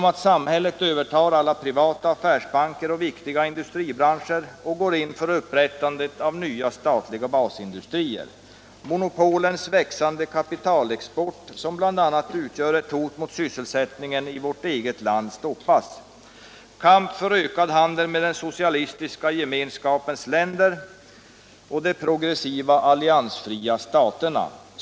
Samhället övertar alla privata affärsbanker och viktiga industribranscher samt går in för upprättandet av nya basindustrier. Monopolens växande kapitalexport, som bl.a. utgör ett hot mot sysselsättningen i Sverige, måste stoppas. Kamp för ökad handel med den socialistiska gemenskapens länder och de progressiva alliansfria staterna.